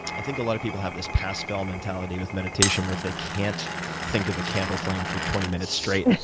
i think a lot of people have this pass fail mentality with meditation where, if they can't think of a candle flame for twenty minutes straight, and